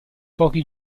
pochi